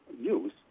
use